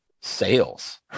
sales